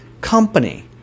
company